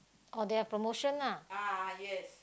oh they have promotion ah